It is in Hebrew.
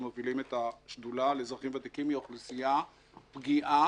מובילים את השדולה לאזרחים ותיקים היא אוכלוסייה פגיעה